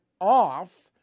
off